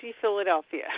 philadelphia